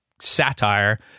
satire